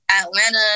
Atlanta